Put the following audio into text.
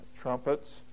trumpets